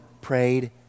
prayed